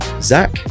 zach